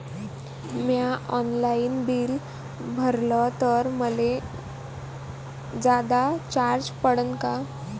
म्या online bill भरलं तर मले जादा चार्ज पडन का?